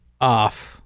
off